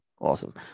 awesome